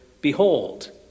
Behold